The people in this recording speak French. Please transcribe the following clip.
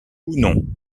non